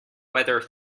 whether